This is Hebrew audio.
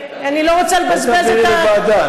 תעבירי לוועדה.